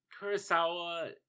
Kurosawa